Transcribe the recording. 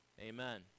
Amen